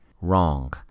Wrong